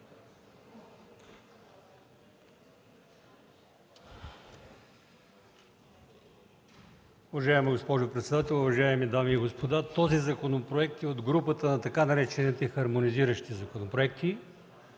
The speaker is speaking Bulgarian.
Уважаема госпожо председател, уважаеми дами и господа! Този законопроект е от групата на така наречените „хармонизиращи законопроекти”,